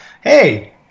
hey